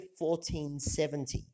1470